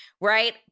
Right